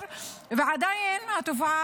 הזאת.